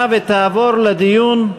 הצעת החוק אושרה בקריאה ראשונה ותעבור לדיון,